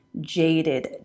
jaded